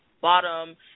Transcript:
bottom